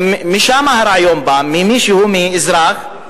משם הרעיון בא, ממישהו, מאזרח.